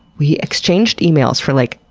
we exchanged emails for, like,